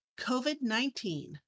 COVID-19